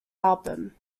album